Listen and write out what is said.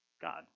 God